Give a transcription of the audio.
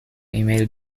ایمیل